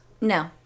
no